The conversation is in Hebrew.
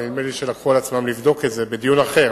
ונדמה לי שהם לקחו על עצמם לבדוק את זה בדיון אחר,